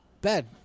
Bad